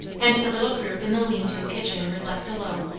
and the little group in the lean-to kitchen were left alone.